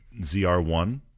ZR1